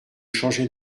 changer